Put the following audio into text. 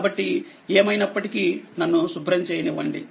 కాబట్టి ఏమైనప్పటికీ నన్ను శుభ్రం చేయనివ్వండి